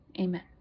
Amen